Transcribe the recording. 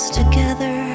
together